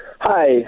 Hi